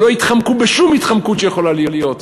שלא יתחמקו בשום התחמקות שיכולה להיות.